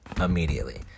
immediately